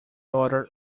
order